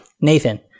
Nathan